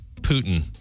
Putin